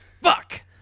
Fuck